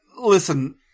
listen